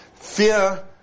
fear